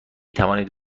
توانید